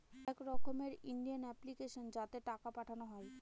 এক রকমের Indian application যাতে টাকা পাঠানো হয়